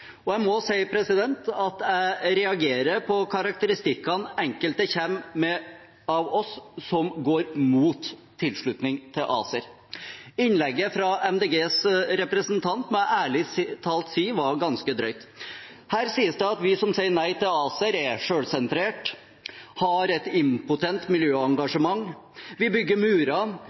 sannferdighet. Jeg reagerer på karakteristikkene enkelte kommer med av oss som går imot tilslutning til ACER. Innlegget fra Miljøpartiet De Grønnes representant må jeg ærlig talt si var ganske drøyt. Det sies at vi som sier nei til ACER, er selvsentrerte, vi har et impotent miljøengasjement, vi bygger